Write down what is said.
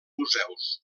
museus